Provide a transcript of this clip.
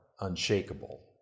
unshakable